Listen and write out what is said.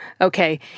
Okay